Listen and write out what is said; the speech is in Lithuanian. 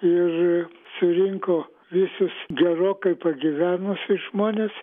ir surinko visus gerokai pagyvenusius žmones